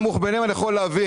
הנמוך מביניהם אני יכול להבין,